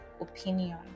opinion